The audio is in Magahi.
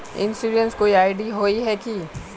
इंश्योरेंस कोई आई.डी होय है की?